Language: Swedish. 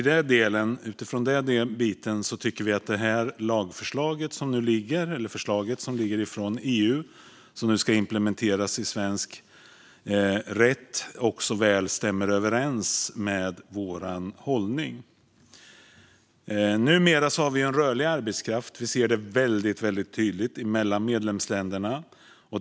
Mot den bakgrunden tycker vi att det EU-förslag som nu finns och nu ska implementeras i svensk rätt också väl stämmer överens med vår hållning. Numera har vi en arbetskraft som är rörlig mellan medlemsländerna. Vi ser det väldigt tydligt.